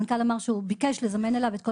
המנכ"ל אמר שהוא ביקש לזמן אליו את כל